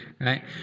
right